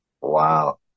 Wow